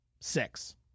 six